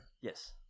Yes